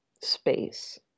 Space